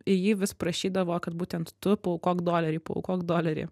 į jį vis prašydavo kad būtent tu paaukok dolerį paaukok dolerį